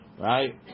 Right